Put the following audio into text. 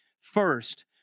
First